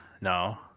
No